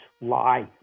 lie